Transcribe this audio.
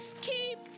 Keep